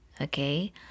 okay